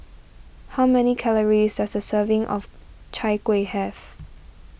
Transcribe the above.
how many calories does a serving of Chai Kuih have